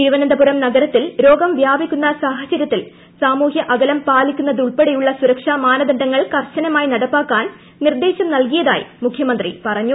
തിരുവനന്തപുരം നഗരത്തിൽ രോഗം വ്യാപിക്കുന്ന സാഹചരൃത്തിൽ സാമൂഹൃ അകലം പാലിക്കുന്നതുൾപ്പെടെയുള്ള സുരക്ഷാ മാനദണ്ഡങ്ങൾ കർശനമായി നടപ്പാക്കാൻ നിർദ്ദേശം നൽകിയതായി മുഖ്യമന്ത്രി പറഞ്ഞു